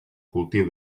cultiu